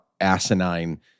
asinine